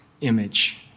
image